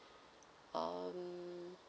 um